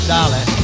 Dolly